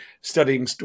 studying